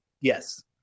Yes